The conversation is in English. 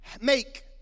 make